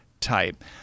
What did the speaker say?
type